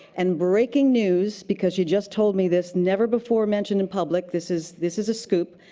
and breaking news, because she just told me this. never before mentioned in public. this is this is a scoop.